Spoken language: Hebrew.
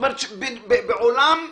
בעולם מתוקן,